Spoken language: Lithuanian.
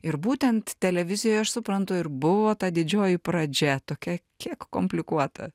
ir būtent televizijoj aš suprantu ir buvo ta didžioji pradžia tokia kiek komplikuota